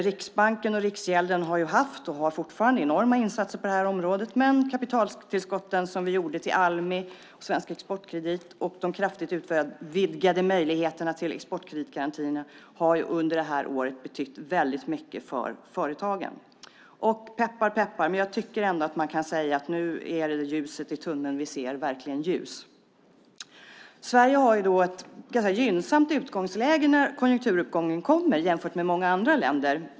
Riksbanken och Riksgälden har ju gjort, och gör fortfarande, enorma insatser på det här området. Men kapitaltillskotten som vi gjorde till Almi och Svensk Exportkredit och de kraftigt utvidgade möjligheterna till exportkreditgarantier har under det här året betytt väldigt mycket för företagen. Och - peppar, peppar - jag tycker ändå att man kan säga att ljuset i tunneln som vi ser verkligen är ljust. Sverige har ett gynnsamt utgångsläge när konjunkturen vänder jämfört med många andra länder.